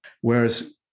whereas